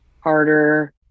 harder